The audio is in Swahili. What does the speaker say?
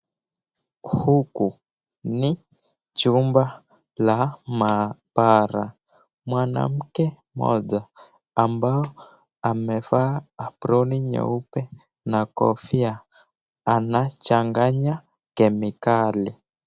Huku ni chumba la mahabara. Mwanamke mmoja ambao amevaa aproni nyeupe na kofia anachanganya kemikali.